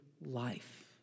life